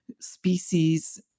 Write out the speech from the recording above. species